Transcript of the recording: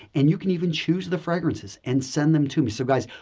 and you can even choose the fragrances and send them to me. so, guys,